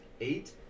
eight